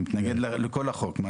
אני מתנגד לכל החוק.